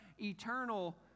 eternal